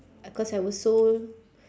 uh cause I was so